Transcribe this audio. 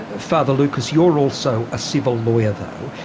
ah father lucas you're also a civil lawyer though,